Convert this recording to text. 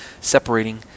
separating